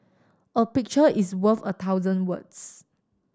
a picture is worth a thousand words